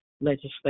legislation